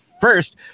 First